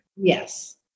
Yes